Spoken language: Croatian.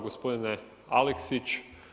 Gospodine Aleksić.